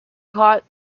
caught